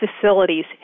facilities